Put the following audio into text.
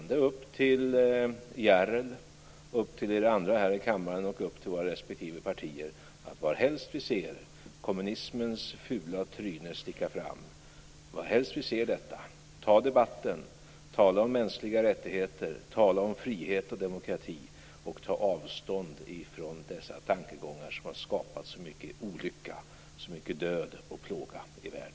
Det är upp till Järrel, upp till er andra här i kammaren och upp till våra respektive partier att varhelst vi ser kommunismens fula tryne sticka fram ta debatten, tala om mänskliga rättigheter, tala om frihet och demokrati och ta avstånd ifrån dessa tankegångar som har skapat så mycket olycka och så mycket död och plåga i världen.